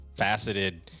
faceted